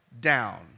down